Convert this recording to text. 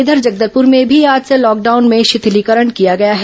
इधर जगदलपुर में भी आज से लॉकडाउन में शिथिलीकरण किया गया है